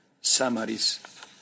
summaries